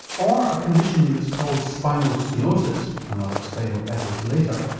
or a condition that's called spinal stenosis, and i'll explain what that is later,